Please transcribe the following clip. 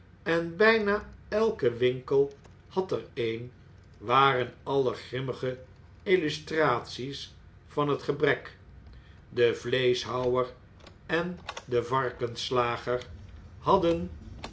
en bh'na elke winkel had er een waren alle grimmige illustraties van het gebrek de vleeschhouwer en de varkensslager hadden